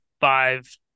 five